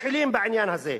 מתחילים בעניין הזה.